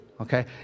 Okay